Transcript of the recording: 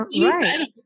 right